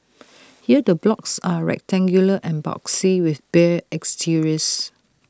here the blocks are rectangular and boxy with bare exteriors